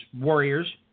warriors